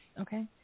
okay